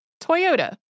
Toyota